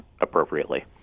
appropriately